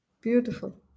beautiful